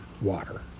water